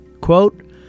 Quote